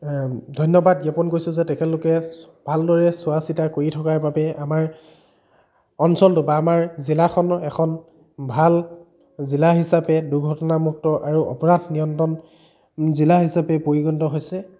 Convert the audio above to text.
ধন্যবাদ জ্ঞাপন কৰিছোঁ যে তেখেতলোকে ভালদৰে চোৱা চিতা কৰি থকাৰ বাবে আমাৰ অঞ্চলটো বা আমাৰ জিলাখন এখন ভাল জিলা হিচাপে দুৰ্ঘটনামুক্ত আৰু অপৰাধ নিয়ন্ত্ৰণ জিলা হিচাপে পৰিগণিত হৈছে